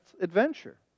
adventure